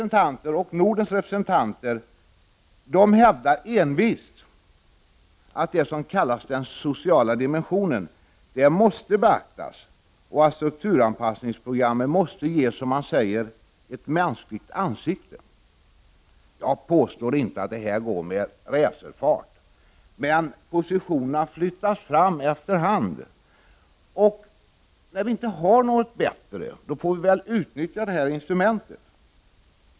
Sveriges och Nordens representanter hävdar envist att det som kallas den sociala dimensionen måste beaktas och att strukturanpassningsprogrammen måste ges, som man säger, ett mänskligt ansikte. Jag påstår inte att detta går med racerfart, men positionerna flyttas fram efter hand. När vi inte har något bättre får vi väl utnyttja detta instrument.